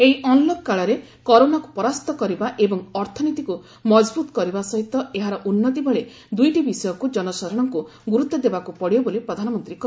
ଏହି ଅନ୍ଲକ୍ କାଳରେ କରୋନାକୁ ପରାସ୍ତ କରିବା ଏବଂ ଅର୍ଥନୀତିକୁ ମଜବୁତ କରିବା ସହିତ ଏହାର ଉନ୍ନତି ଭଳି ଦୁଇଟି ବିଷୟକୁ ଜନସାଧାରଣଙ୍କୁ ଗୁରୁତ୍ୱ ଦେବାକୁ ପଡ଼ିବ ବୋଲି ପ୍ରଧାନମନ୍ତ୍ରୀ କହିଛନ୍ତି